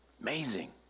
amazing